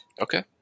Okay